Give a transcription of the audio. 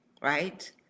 right